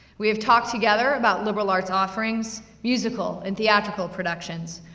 we have talked together about liberal arts offerings, musical, and theatrical productions,